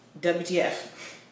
WTF